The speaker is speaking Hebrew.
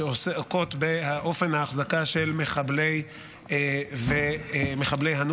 התקבלה בקריאה השנייה והשלישית ותיכנס לספר החוקים של מדינת ישראל.